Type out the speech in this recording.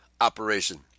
operation